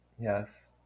Yes